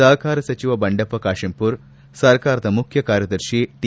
ಸಹಕಾರ ಸಚಿವ ಬಂಡೆಪ್ಪ ಕಾಶೆಂಪೂರ್ ಸರ್ಕಾರದ ಮುಖ್ಯ ಕಾರ್ಯದರ್ಶಿ ಟಿ